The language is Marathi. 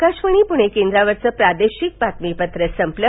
आकाशवाणी पुणे केंद्रावरचं प्रादेशिक बातमीपत्र संपलं